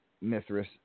Mithras